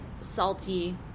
salty